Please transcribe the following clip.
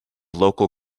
local